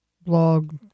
blog